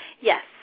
Yes